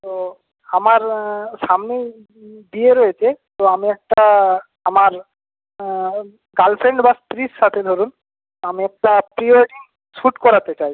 তো আমার সামনেই বিয়ে রয়েছে তো আমি একটা আমার গার্লফ্রেন্ড বা স্ত্রীর সাথে ধরুন আমি একটা প্রি ওয়েডিং শ্যুট করাতে চাই